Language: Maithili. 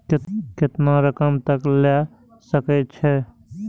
केतना रकम तक ले सके छै?